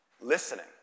Listening